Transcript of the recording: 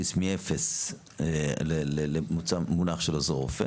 מאפס למונח של עוזר רופא.